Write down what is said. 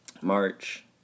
March